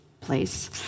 place